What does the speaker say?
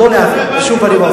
לא להעביר, בשום פנים ואופן.